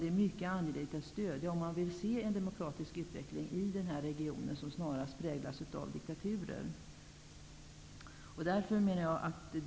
Det är mycket angeläget att stödja detta för att få se en demokratisk utveckling i regionen, som nu snarare präglas av diktatur.